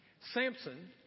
Samson